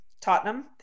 tottenham